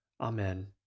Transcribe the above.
Amen